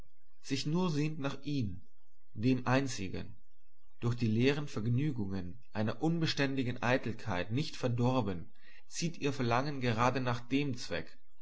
sich nur sehnt nach ihm dem einzigen durch die leeren vergnügungen einer unbeständigen eitelkeit nicht verdorben zieht ihr verlangen gerade nach dem zweck